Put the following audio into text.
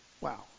Wow